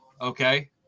Okay